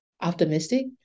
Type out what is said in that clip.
optimistic